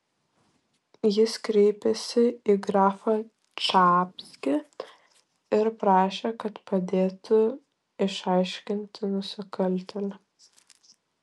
jis kreipėsi į grafą čapskį ir prašė kad padėtų išaiškinti nusikaltėlį